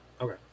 Okay